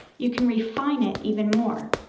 you can refine it even more.